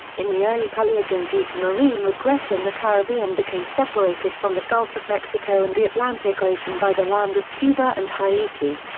in the early paleogene due to marine regression the caribbean became separated from the gulf of mexico and the atlantic ocean by the land of cuba and haiti.